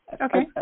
Okay